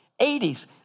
80s